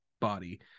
body